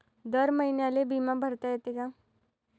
दर महिन्याले बिमा भरता येते का?